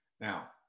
Now